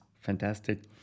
fantastic